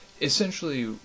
essentially